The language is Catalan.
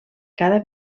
cada